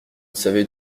savais